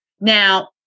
Now